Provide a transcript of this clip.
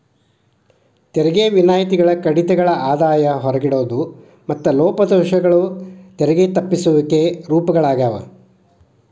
ತೆರಿಗೆ ವಿನಾಯಿತಿಗಳ ಕಡಿತಗಳ ಆದಾಯ ಹೊರಗಿಡೋದು ಮತ್ತ ಲೋಪದೋಷಗಳು ತೆರಿಗೆ ತಪ್ಪಿಸುವಿಕೆ ರೂಪಗಳಾಗ್ಯಾವ